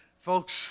Folks